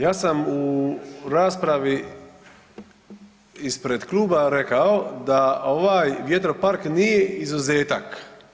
Ja sam u raspravi ispred kluba rekao da ovaj vjetropark nije izuzetak.